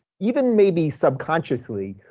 even maybe subconsciously,